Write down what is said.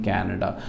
Canada